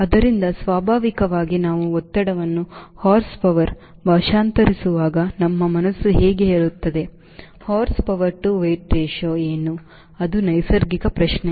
ಆದ್ದರಿಂದ ಸ್ವಾಭಾವಿಕವಾಗಿ ನಾವು ಒತ್ತಡವನ್ನು horsepower ಭಾಷಾಂತರಿಸುವಾಗ ನಮ್ಮ ಮನಸ್ಸು ಹೀಗೆ ಹೇಳುತ್ತದೆ horsepower to weight ratio ಏನು ಅದು ನೈಸರ್ಗಿಕ ಪ್ರಶ್ನೆ